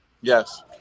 Yes